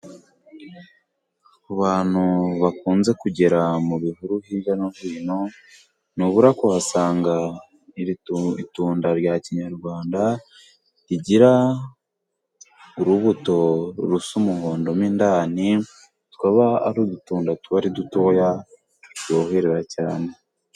Ku bantu bakunze kugera mu bihuru hirya no hino ntubura kuhasanga iri tunda rya kinyarwanda rigira urubuto rusa umuhondo mo indani tukaba ari udutunda tuba ari dutoya turyohera cyane.